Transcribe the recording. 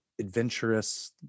adventurous